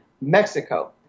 Mexico